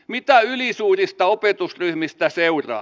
mitä ylisuurista opetusryhmistä seuraa